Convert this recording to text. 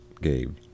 Gabe